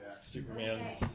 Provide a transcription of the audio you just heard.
Superman